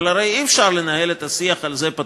אבל הרי אי-אפשר לנהל את השיח על זה פתוח.